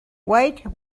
white